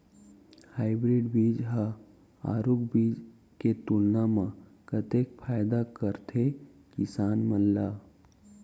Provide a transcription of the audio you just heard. Hybrid बीज हा आरूग बीज के तुलना मा कतेक फायदा कराथे किसान मन ला?